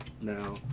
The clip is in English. now